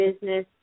Business